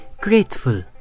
grateful